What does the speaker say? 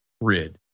rid